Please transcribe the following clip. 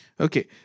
Okay